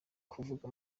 kuvuga